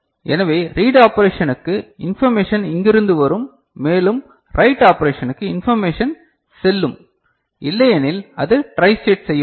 எனவே ரீட் ஆபெரஷனுக்கு இன்பர்மேஷன் இங்கிருந்து வரும் மேலும் ரைட் ஆபரஷனுக்கு இன்பர்மேஷன் செல்லும் இல்லையெனில் அது ட்ரை ஸ்டேட் செய்யப்படும்